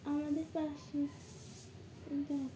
আমাদের পাশে য